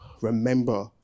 remember